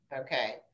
Okay